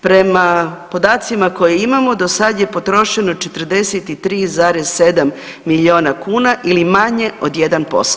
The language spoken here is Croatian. Prema podacima koje imamo, do sad je potrošeno 43,7 milijuna kuna ili manje od 1%